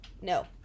No